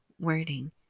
wording